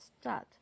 Start